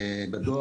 בדואר.